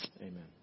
Amen